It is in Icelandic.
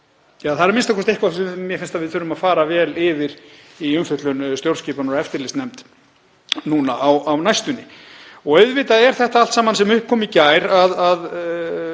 Það er a.m.k. eitthvað sem mér finnst að við þurfum að fara vel yfir í umfjöllun í stjórnskipunar- og eftirlitsnefnd núna á næstunni. Auðvitað vekur þetta allt saman sem upp kom í gær